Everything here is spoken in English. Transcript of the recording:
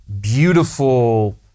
beautiful